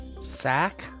Sack